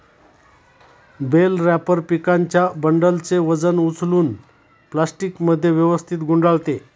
bell wrapper पिकांच्या बंडलचे वजन उचलून प्लास्टिकमध्ये व्यवस्थित गुंडाळते